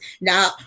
Now